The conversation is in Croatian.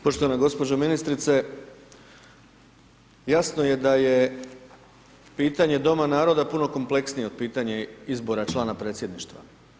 Poštovana gospođo ministrice, jasno je da je pitanje doma naroda puno kompleksnije od pitanja izbora člana predsjedništva.